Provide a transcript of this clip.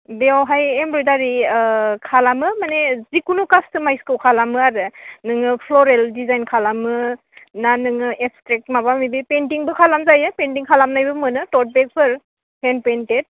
बेयावहाय एमब्र'यदारि खालामो माने जिखुनु कासट'माइज्दखौ खालामो आरो नोङो फ्ल'रेल दिजाइन खालामो ना नोङो एब्सट्रेक्ट माबा बिदि पैनटिंबो खालामजायो पैनटिं खालामनायबो मोनो ट'टे बेगफोर हेन्द पैन्टेट